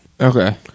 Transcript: Okay